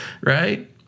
Right